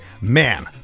man